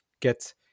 get